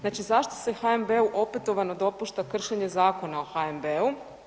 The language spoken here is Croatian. Znači zašto se HNB-u opetovano dopušta kršenje Zakona o HNB-u?